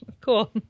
cool